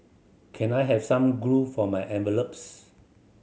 can I have some glue for my envelopes